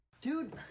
Dude